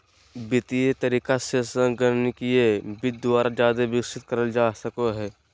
वित्तीय तरीका से संगणकीय वित्त द्वारा जादे विकसित करल जा सको हय